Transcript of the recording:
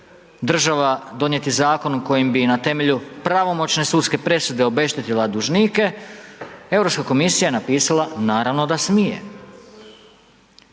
država donijeti zakon kojim bi na temelju pravomoćne sudske presude obeštetila dužnike, Europska komisija je napisala naravno da smije.